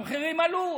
המחירים עלו,